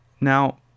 Now